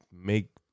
make